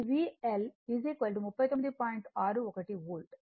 దానిని శుభ్రం చేస్తాను